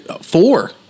Four